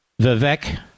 Vivek